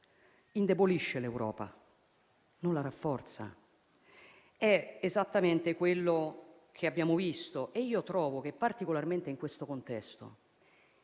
indebolisce l'Europa, non la rafforza. È esattamente quello che abbiamo visto e io trovo che, particolarmente in questo contesto,